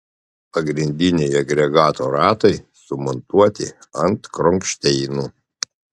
pagrindiniai agregato ratai sumontuoti ant kronšteinų